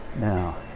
now